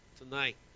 tonight